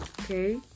Okay